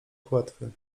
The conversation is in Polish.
płetwy